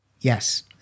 Yes